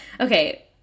Okay